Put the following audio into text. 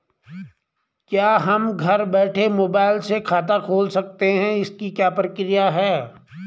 क्या हम घर बैठे मोबाइल से खाता खोल सकते हैं इसकी क्या प्रक्रिया है?